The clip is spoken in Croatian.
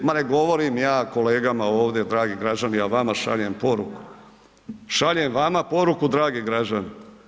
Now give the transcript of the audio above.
Ma ne govorim ja kolegama ovdje, dragi građani, ja vama šaljem poruku, šaljem vama dragi građani.